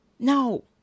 No